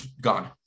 gone